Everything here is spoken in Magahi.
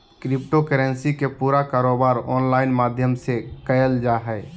क्रिप्टो करेंसी के पूरा कारोबार ऑनलाइन माध्यम से क़इल जा हइ